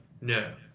No